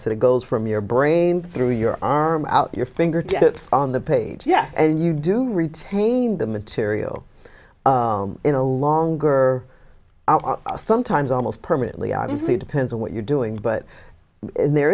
s it goes from your brain through your arm out your fingertips on the page yes and you do retain the material in a longer sometimes almost permanently obviously depends on what you're doing but there